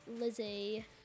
Lizzie